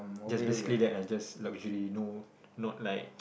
there's basically that lah just luxury no not like